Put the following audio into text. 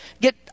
get